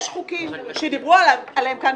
יש חוקים שדיברו עליהם כאן.